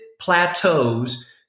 plateaus